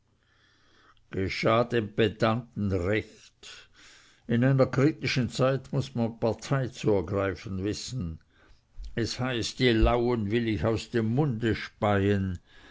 dem pedanten recht in einer kritischen zeit muß man partei zu ergreifen wissen es heißt die lauen will ich aus dem munde speien